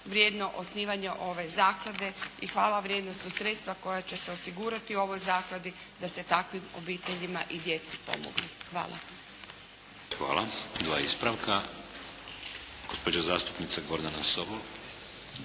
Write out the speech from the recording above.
hvalevrijedno osnivanje ove zaklade i hvalevrijedna su sredstva koja će se osigurati ovoj zakladi da se takvim obiteljima i djeci pomogne. Hvala. **Šeks, Vladimir (HDZ)** Hvala. Dva ispravka. Gospođa zastupnica Gordana Sobol.